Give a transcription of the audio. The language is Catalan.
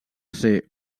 ser